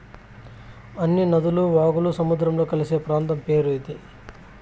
అన్ని నదులు వాగులు సముద్రంలో కలిసే ప్రాంతం పేరు ఇది